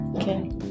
Okay